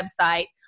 website